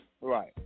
right